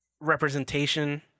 representation